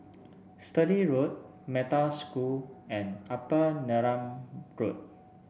Sturdee Road Metta School and Upper Neram Good